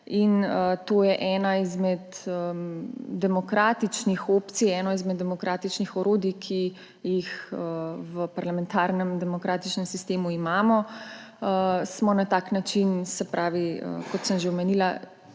To je ena izmed demokratičnih opcij, eno izmed demokratičnih orodij, ki jih v parlamentarnem demokratičnem sistemu imamo. Na tak način smo, kot sem že omenila,